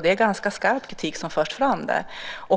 Det är ganska skarp kritik som förs fram där.